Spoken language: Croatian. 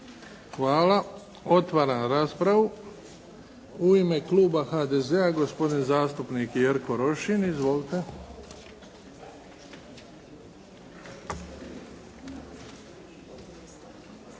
Hvala. Otvaram raspravu. U ime Kluba HDZ-a, gospodin zastupnik Jerko Rošin. Izvolite.